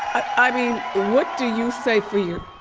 i mean, what do you say for your.